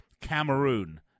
Cameroon